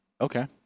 okay